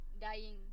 Dying